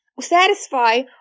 satisfy